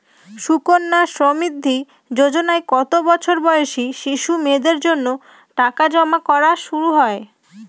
সুকন্যা সমৃদ্ধি যোজনায় কত বছর বয়সী শিশু মেয়েদের জন্য টাকা জমা করা শুরু হয়?